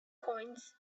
coins